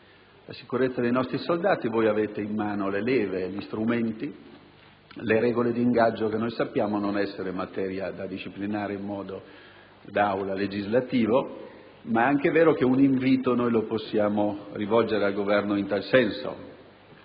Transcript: la sicurezza dei nostri soldati. Voi avete in mano le leve, gli strumenti, le regole di ingaggio, che sappiamo non essere materia da disciplinare in Aula in modo legislativo, ma è anche vero che possiamo rivolgere al Governo un invito